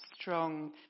strong